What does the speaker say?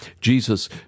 Jesus